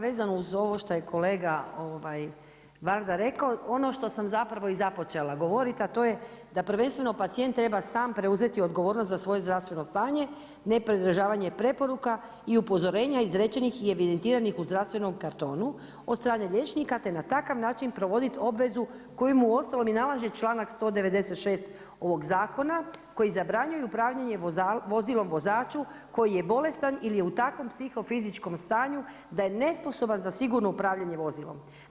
vezano uz ovo što je kolega Varda rekao, ono što sam zapravo započela govoriti, a to je da prvenstveno pacijent treba sam preuzeti odgovornost za svoje zdravstveno stanje, ne pridržavanje preporuka i upozorenja izrečenih i evidentiranih u zdravstvenom kartonu od strane liječnika, te na takav način provoditi obvezu kojemu uostalom nalaže čl.196. ovog zakona, koji zabranjuje upravljanje vozilo vozaču koji je bolestan ili je u takvom psiho fizičkom stanju, da je nesposoban za sigurno upravljanje vozilom.